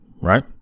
right